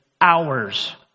hours